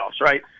right